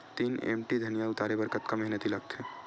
तीन एम.टी धनिया उतारे बर कतका मेहनती लागथे?